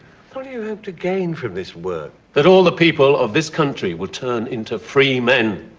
what do you have to gain from this work? that all the people of this country will turn into free men.